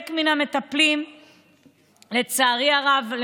לצערי הרב,